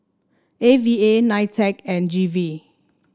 A V A Nitec and G V